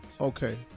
Okay